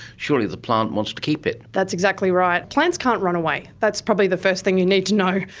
surely the plant wants to keep it. that's exactly right. plants can't run away, that's probably the first thing you need to know.